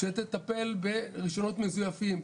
שתטפל ברישיונות מזויפים,